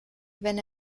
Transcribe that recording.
wenn